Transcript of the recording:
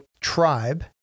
tribe